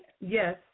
yes